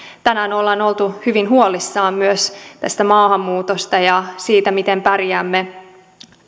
tänään ollaan oltu hyvin huolissaan myös tästä maahanmuutosta ja siitä miten pärjäämme